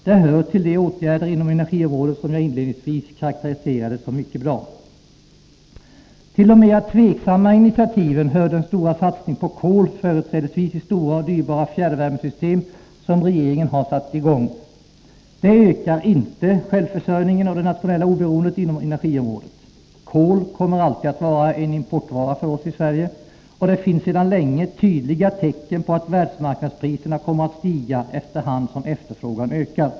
Det hör till de åtgärder inom energiområdet som jag inledningsvis karakteriserade som mycket bra. Till de mera tveksamma initiativen var den stora satsning på kol, företrädesvis i stora och dyrbara fjärrvärmesystem, som regeringen har satt i gång. Det ökar inte självförsörjningen och det nationella oberoendet inom energiområdet. Kol kommer alltid att vara en importvara för oss i Sverige, och det finns sedan länge tydliga tecken på att världsmarknadspriserna kommer att stiga efter hand som efterfrågan ökar.